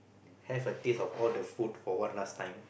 have a taste of all the food for one last time